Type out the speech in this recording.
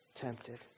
tempted